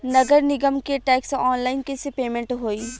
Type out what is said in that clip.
नगर निगम के टैक्स ऑनलाइन कईसे पेमेंट होई?